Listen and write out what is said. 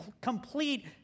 complete